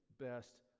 best